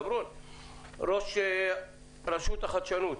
עמי אפלבאום, ראש רשות החדשנות,